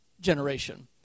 generation